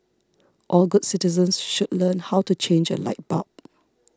all good citizens should learn how to change a light bulb